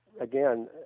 again